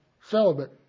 celibate